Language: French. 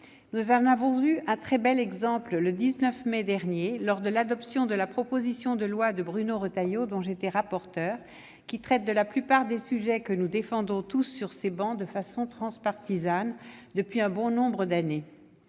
Nous en avons eu un très bel exemple le 19 mai dernier, lors de l'adoption de la proposition de loi de Bruno Retailleau, dont j'étais rapporteur, qui a trait à la plupart des sujets que nous défendons tous sur ces travées de façon transpartisane depuis un bon nombre d'années.